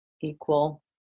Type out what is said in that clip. equal